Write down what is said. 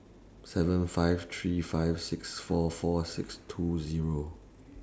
seven five three five six four four six two Zero